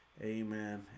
Amen